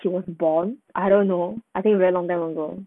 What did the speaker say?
she was born I don't know I think very long time ago